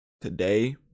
today